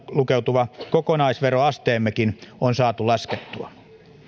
lukeutuva kokonaisveroasteemmekin on saatu laskettua